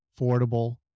affordable